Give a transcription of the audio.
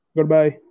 Goodbye